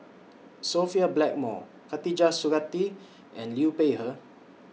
Sophia Blackmore Khatijah Surattee and Liu Peihe